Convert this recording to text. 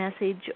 message